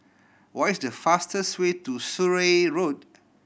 what is the fastest way to Surrey Road